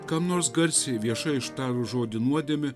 kam nors garsiai viešai ištarus žodį nuodėmė